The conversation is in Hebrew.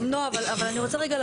לא הפריד בין העדכונים.